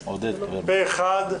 אין פה אחד.